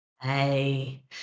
Hey